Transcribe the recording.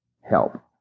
help